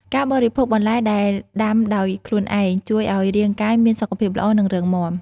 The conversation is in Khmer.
ការបរិភោគបន្លែដែលដាំដោយខ្លួនឯងជួយឱ្យរាងកាយមានសុខភាពល្អ និងរឹងមាំ។